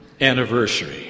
anniversary